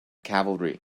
cavalry